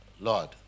Lord